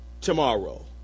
tomorrow